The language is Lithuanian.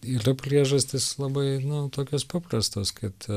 yra priežastys labai nu tokios paprastos kad